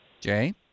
Jay